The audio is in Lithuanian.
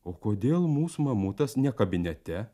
o kodėl mūsų mamutas ne kabinete